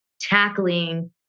tackling